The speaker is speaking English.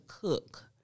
cook